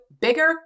Bigger